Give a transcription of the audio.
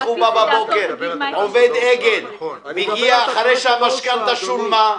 הוועדה תגיע לזה.